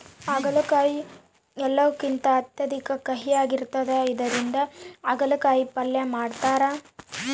ಆಗಲಕಾಯಿ ಎಲ್ಲವುಕಿಂತ ಅತ್ಯಧಿಕ ಕಹಿಯಾಗಿರ್ತದ ಇದರಿಂದ ಅಗಲಕಾಯಿ ಪಲ್ಯ ಮಾಡತಾರ